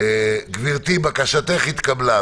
גברתי, בקשתך התקבלה.